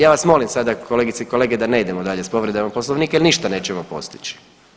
Ja vas molim sada, kolegice i kolege, da ne idemo dalje s povredama Poslovnika jer ništa nećemo postići.